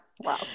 wow